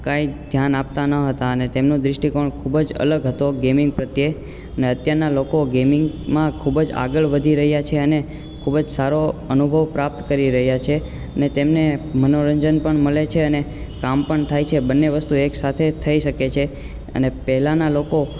કંઈ ધ્યાન આપતા ન હતા ને તેમનું દ્રષ્ટિકોણ ખૂબ જ અલગ હતો ગેમિંગ પ્રત્યે ને અત્યારના લોકો ગેમિંગમાં ખૂબ જ આગળ વધી રહ્યાં છે અને ખૂબ જ સારો અનુભવ પ્રાપ્ત કરી રહ્યા છે ને તેમને મનોરંજન પણ મલે છે અને કામ પણ થાયે છે બંને વસ્તુ એક સાથે થઈ શકે છે અને પહેલાના લોકો